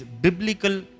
biblical